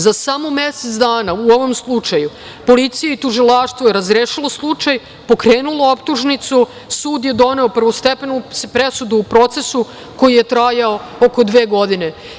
Za samo mesec dana u ovom slučaju, policija i Tužilaštvo je razrešila slučaj, pokrenulo optužnicu, sud je doneo prvostepenu presudu u procesu koji je trajao oko dve godine.